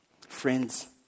Friends